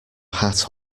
hat